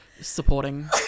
supporting